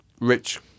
rich